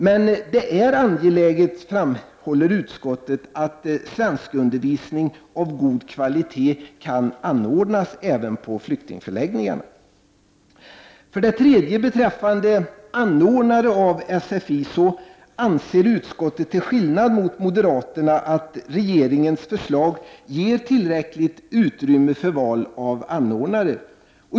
Men utskottet framhåller att det är angeläget att svenskundervisning av god kvalitet anordnas även på flyktingförläggningarna. För det tredje beträffande anordnare av sfi anser utskottet, till skillnad från moderaterna, att regeringens förslag ger tillräckligt utrymme för val av anordnare.